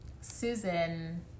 Susan